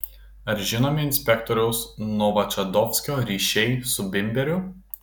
ar žinomi inspektoriaus novočadovskio ryšiai su bimberiu